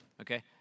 Okay